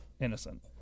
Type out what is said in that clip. innocent